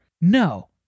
No